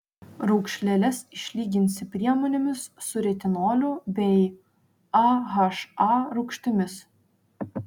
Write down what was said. raukšleles išlyginsi priemonėmis su retinoliu bei aha rūgštimis